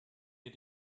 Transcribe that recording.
ihr